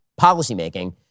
policymaking